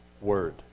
word